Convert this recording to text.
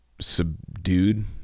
subdued